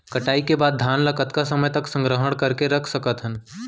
कटाई के बाद धान ला कतका समय तक संग्रह करके रख सकथन?